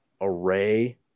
array